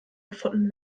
gefunden